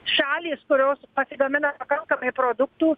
šalys kurios pasigamina pakankamai produktų